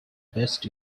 best